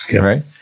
right